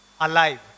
alive